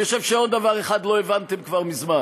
אני חושב שעוד דבר אחד לא הבנתם מזמן,